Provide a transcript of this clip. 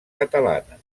catalana